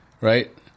right